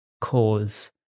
cause